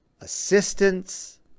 assistance